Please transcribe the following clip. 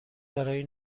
برای